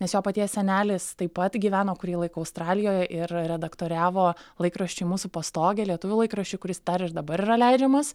nes jo paties senelis taip pat gyveno kurį laiką australijoje ir redaktoriavo laikraščiui mūsų pastogė lietuvių laikraščiui kuris dar ir dabar yra leidžiamas